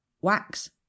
Wax